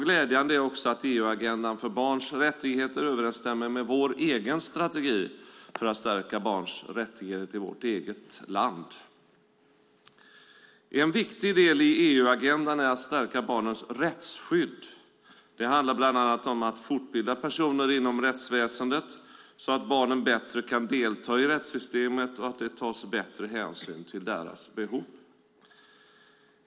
Glädjande är också att EU-agendan för barns rättigheter överensstämmer med vår egen strategi för att stärka barns rättigheter i vårt land. En viktig del i EU-agendan är att stärka barnens rättsskydd. Det handlar bland annat om att fortbilda personer inom rättsväsendet så att barnen bättre kan delta i rättssystemet och bättre hänsyn tas till deras behov.